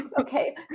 okay